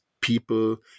people